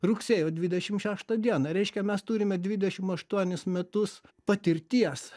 rugsėjo dvidešim šeštą dieną reiškia mes turime dvidešim aštuonis metus patirties